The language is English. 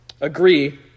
agree